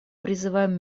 призываем